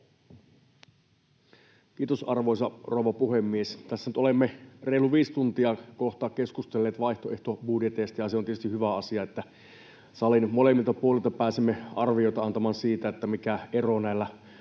Kiitos, arvoisa rouva puhemies! Tässä nyt olemme reilu viisi tuntia kohta keskustelleet vaihtoehtobudjeteista. Se on tietysti hyvä asia, että salin molemmilta puolilta pääsemme arvioita antamaan siitä, mikä ero näillä